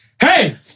hey